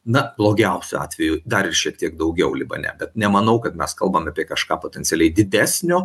na blogiausiu atveju dar ir šiek tiek daugiau libane bet nemanau kad mes kalbam apie kažką potencialiai didesnio